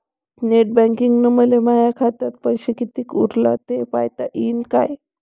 Net बँकिंगनं मले माह्या खाल्ल पैसा कितीक उरला थे पायता यीन काय?